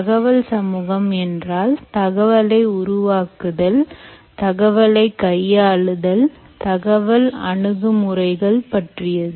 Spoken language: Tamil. தகவல் சமூகம் என்றால் தகவலை உருவாக்குதல் தகவலை கையாளுதல் தகவல் அணுகுமுறைகள் பற்றியது